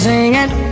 Singing